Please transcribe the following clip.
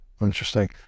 Interesting